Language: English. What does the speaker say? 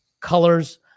colors